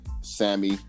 Sammy